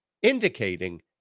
indicating